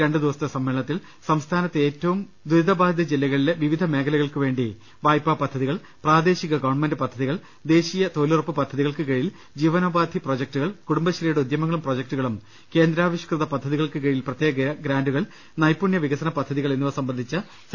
രണ്ടു ദിവസത്തെ സമ്മേളനത്തിൽ സംസ്ഥാനത്തെ ഏറ്റവും ദുരിതബാധിത ജില്ലകളിലെ വിവിധ മേഖലകൾക്കുവേണ്ടി വായ്പാ പദ്ധതികൾ പ്രാദേശിക ഗവൺമെന്റ് പദ്ധ തികൾ ദേശീയ തൊഴിലുറപ്പ് പദ്ധതികൾക്കു കീഴിൽ ജീവനോപാധി പ്രൊജക്ടു കൾ കുടുംബശ്രീയുടെ ഉദ്യമങ്ങളും പ്രൊജക്ടുകളും കേന്ദ്രാവിഷ്കൃത പദ്ധതി കൾക്കുകീഴിൽ പ്രത്യേക ഗ്രാന്റുകൾ നൈപുണ്യ വികസന പദ്ധതികൾ എന്നിവ സംബന്ധിച്ച സെഷനുകൾ ഉണ്ടായിരിക്കും